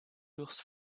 durchs